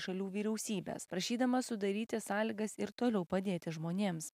šalių vyriausybes prašydama sudaryti sąlygas ir toliau padėti žmonėms